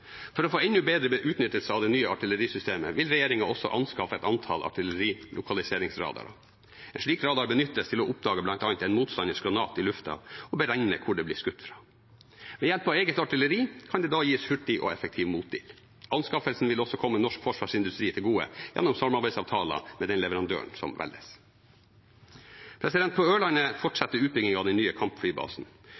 For å få enda bedre utnyttelse av det nye artillerisystemet vil regjeringen også anskaffe et antall artillerilokaliseringsradarer. En slik radar benyttes til å oppdage bl.a. en motstanders granat i lufta og beregne hvor det blir skutt fra. Ved hjelp av eget artilleri kan det da gis hurtig og effektiv motild. Anskaffelsen vil også komme norsk forsvarsindustri til gode gjennom samarbeidsavtaler med den leverandøren som velges. På